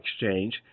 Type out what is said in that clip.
Exchange